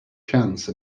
chance